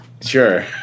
Sure